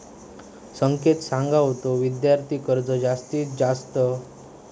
संकेत सांगा होतो, विद्यार्थी कर्ज जास्तीच्या कालावधीसाठी अगदी स्वस्त दरात दिला जाता